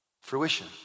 fruition